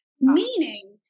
meaning